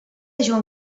joan